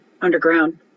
underground